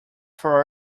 for